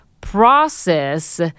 process